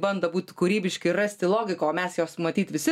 bando būt kūrybiški ir rasti logiką o mes jos matyt visi